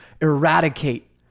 eradicate